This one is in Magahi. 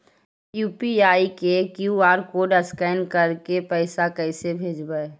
यु.पी.आई के कियु.आर कोड स्कैन करके पैसा कैसे भेजबइ?